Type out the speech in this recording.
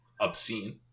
obscene